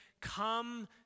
come